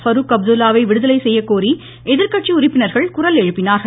பருக் அப்துல்லாவை விடுதலை செய்யக்கோரி எதிர்கட்சி உறுப்பினர்கள் குரல் எழுப்பினார்கள்